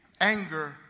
anger